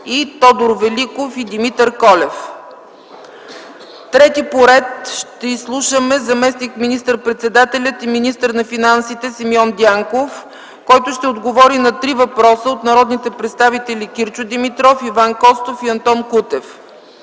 Тодор Великов и Димитър Колев. Трети поред ще изслушаме заместник министър-председателя и министър на финансите Симеон Дянков, който ще отговори на три въпроса от народните представители Кирчо Димитров, Иван Костов и Антон Кутев.